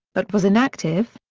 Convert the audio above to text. but was an active,